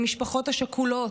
למשפחות השכולות,